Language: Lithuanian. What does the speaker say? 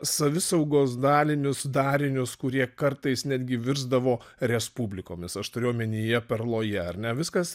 savisaugos dalinius darinius kurie kartais netgi virsdavo respublikomis aš turiu omenyje perloja ar ne viskas